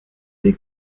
der